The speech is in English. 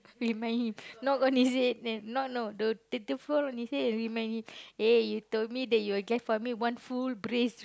remind him knock on his head eh not no the the f~ fall on his head and remind him eh you told me that you will get for me one full braised